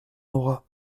aura